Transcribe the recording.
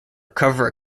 cover